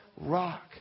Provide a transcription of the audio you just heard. rock